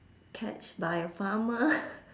catch by a farmer